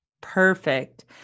Perfect